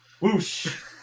Whoosh